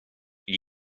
gli